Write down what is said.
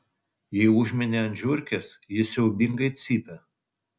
jei užmini ant žiurkės ji siaubingai cypia